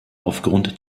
aufgrund